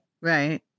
right